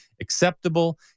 acceptable